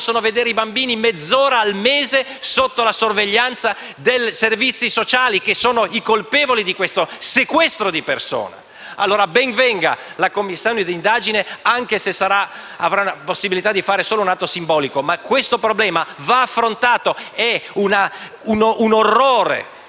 possono vedere i loro bambini solo mezz'ora al mese, sotto la sorveglianza dei servizi sociali, colpevoli di questo sequestro di persona. Allora, ben venga la Commissione d'inchiesta, anche se avrà la possibilità di fare solo un atto simbolico. Ma questo problema va affrontato. Spesso